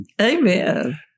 Amen